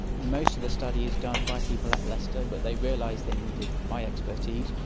most of the study is done by people at leicester but they realised they needed my expertise,